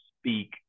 speak